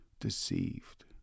Deceived